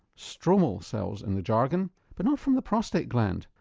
stromal cells in the jargon, but not from the prostate gland,